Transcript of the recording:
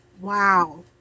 wow